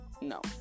no